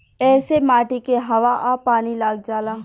ऐसे माटी के हवा आ पानी लाग जाला